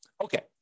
Okay